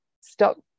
stop